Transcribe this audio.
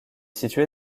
situé